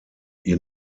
ihr